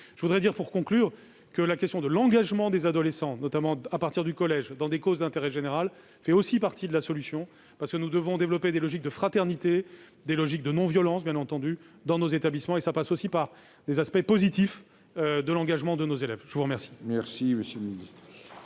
je voudrais dire que la question de l'engagement des adolescents, notamment à partir du collège, dans des causes d'intérêt général fait aussi partie de la solution, parce que nous devons développer des logiques de fraternité et de non-violence dans nos établissements. Cela passe aussi par les aspects positifs de l'engagement de nos élèves. La parole